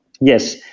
yes